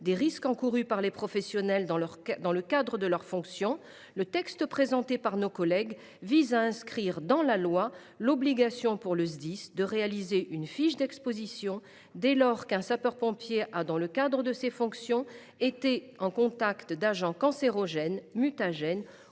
des risques encourus par les professionnels dans le cadre de leurs fonctions, le texte présenté par nos collègues prévoit donc d’inscrire dans la loi l’obligation pour le Sdis de réaliser une fiche d’exposition dès lors qu’un sapeur pompier a, dans le cadre de ses fonctions, été au contact d’agents cancérogènes, mutagènes